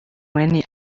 many